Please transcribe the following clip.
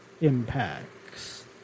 impacts